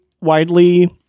widely